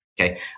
Okay